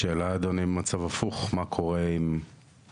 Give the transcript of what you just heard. שאלה, אדוני, במצב הפוך, מה קורה כאן.